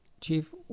Chief